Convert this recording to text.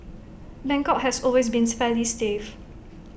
Bangkok has always been fairly safe